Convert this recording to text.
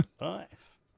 Nice